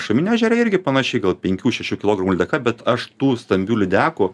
šaminio ežere irgi panašiai gal penkių šešių kilogramų lydeka bet aš tų stambių lydekų